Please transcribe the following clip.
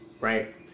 right